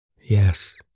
Yes